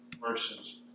verses